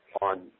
on